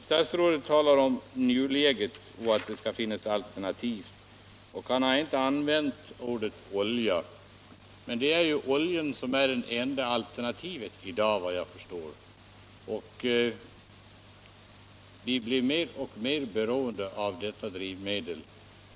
Statsrådet talade om nuläget och om att det skall finnas alternativ. Han använde inte ordet olja, men, såvitt jag förstår, är oljan det enda alternativet i dag. Vi blir mer och mer beroende av detta drivmedel.